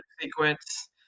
sequence